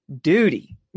duty